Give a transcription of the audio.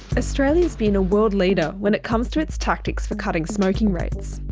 australia has been a world leader when it comes to its tactics for cutting smoking rates.